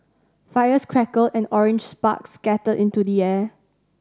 fires crackled and orange sparks scattered into the air